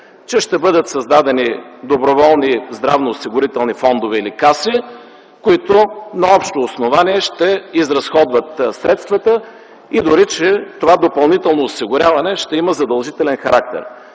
че ще бъдат създадени доброволни здравноосигурителни фондове или каси, които на общо основание ще изразходват средствата и дори, че това допълнително осигуряване ще има задължителен характер?